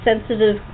sensitive